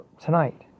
tonight